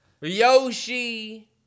Yoshi